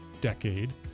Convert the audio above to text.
decade